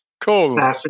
cool